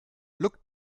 looked